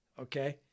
Okay